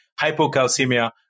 hypocalcemia